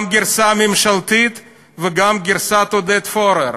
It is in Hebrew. גם גרסה ממשלתית וגם גרסת עודד פורר.